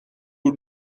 aux